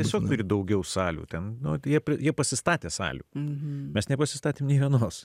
tiesiog daugiau salių tam nuogi jie pasistatė salių mes nepasistatėme nė vienos